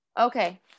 Okay